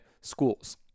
schools